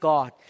God